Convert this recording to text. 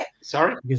Sorry